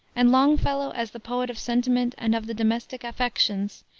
and longfellow, as the poet of sentiment and of the domestic affections,